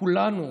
וכולנו